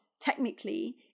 technically